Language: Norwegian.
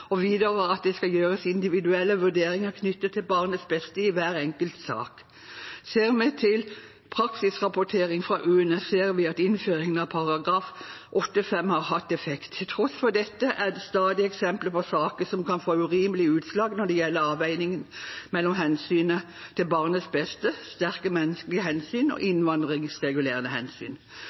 og videre at det skal gjøres individuelle vurderinger knyttet til barnets beste i hver enkelt sak. Av praksisrapporteringen fra UNE ser vi at innføringen av § 8-5 har hatt effekt. Til tross for dette er det stadig eksempler på saker som kan få urimelige utslag når det gjelder avveiningen mellom hensynet til barnets beste, sterke menneskelige hensyn og innvandringsregulerende hensyn.